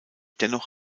dennoch